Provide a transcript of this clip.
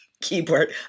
Keyboard